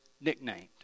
nicknamed